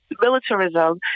militarism